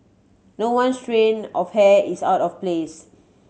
no one strand of hair is out of place